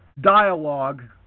dialogue